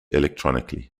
electronically